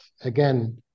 again